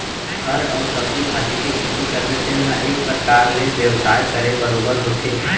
फर अउ सब्जी भाजी के खेती करबे तेन ह एक परकार ले बेवसाय करे बरोबर होथे